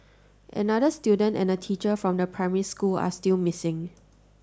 another student and a teacher from the primary school are still missing